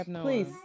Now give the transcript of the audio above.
please